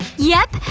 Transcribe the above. yep!